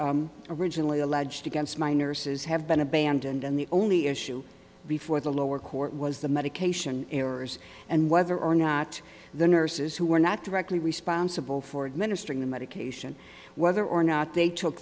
issues originally alleged against my nurses have been abandoned and the only issue before the lower court was the medication errors and whether or not the nurses who were not directly responsible for administering the medication whether or not they took